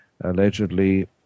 allegedly